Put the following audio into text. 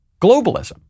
globalism